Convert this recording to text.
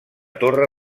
torre